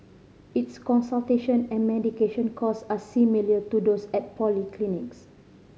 its consultation and medication costs are similar to those at polyclinics